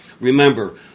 Remember